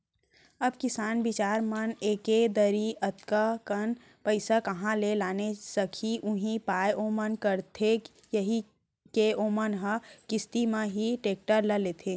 अब किसान बिचार मन ह एके दरी अतका कन पइसा काँहा ले लाने सकही उहीं पाय ओमन करथे यही के ओमन ह किस्ती म ही टेक्टर ल लेथे